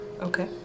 Okay